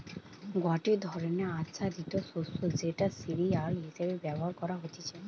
গটে ধরণের আচ্ছাদিত শস্য যেটা সিরিয়াল হিসেবে ব্যবহার করা হতিছে